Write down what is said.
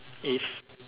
if